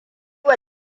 ma